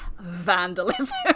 vandalism